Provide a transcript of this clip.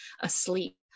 asleep